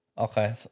Okay